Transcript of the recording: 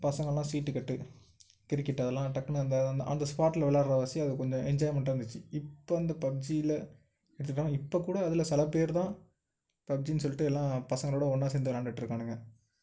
பசங்களெலாம் சீட்டுக்கட்டு கிரிக்கெட் அதெலாம் டக்குனு அந்த அந்த ஸ்பாட்டில் விளாட்ற வாசி அது கொஞ்சம் எஞ்ஜாயிமெண்ட்டாக இருந்துச்சு இப்போ அந்த பப்ஜியில் இதுதான் இப்போ கூட அதில் சில பேருதான் பப்ஜினு சொல்லிட்டு எல்லாம் பசங்களோடு ஒன்றா சேர்ந்து விளாண்டுட்ருக்கானுங்க